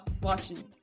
watching